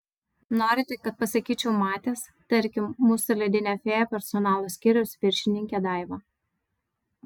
norite kad pasakyčiau matęs tarkim mūsų ledinę fėją personalo skyriaus viršininkę daivą